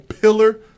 pillar